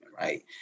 right